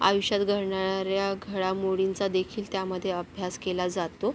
आयुष्यात घडणाऱ्या घडामोडींचा देखील त्यामध्ये अभ्यास केला जातो